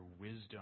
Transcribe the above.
wisdom